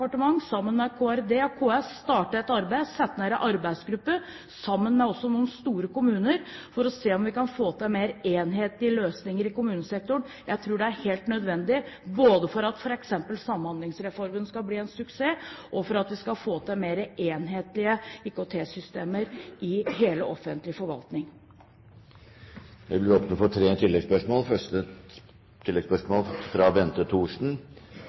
sammen med Kommunal- og regionaldepartementet og KS startet et arbeid, satt ned en arbeidsgruppe, sammen med noen store kommuner for å se om vi kan få til mer enhetlige løsninger i kommunesektoren. Jeg tror det er helt nødvendig, både for at f.eks. Samhandlingsreformen skal bli en suksess, og for at vi skal få til mer enhetlige IKT-systemer i hele den offentlige forvaltningen. Det åpnes for tre oppfølgingsspørsmål – først Bente Thorsen.